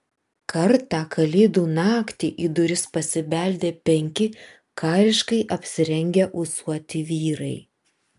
kartą kalėdų naktį į duris pasibeldė penki kariškai apsirengę ūsuoti vyrai